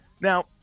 Now